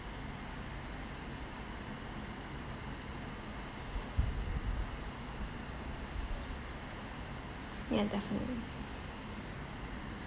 ya definitely